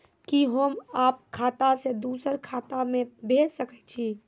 कि होम आप खाता सं दूसर खाता मे भेज सकै छी?